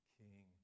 king